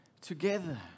together